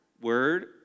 Word